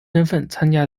参加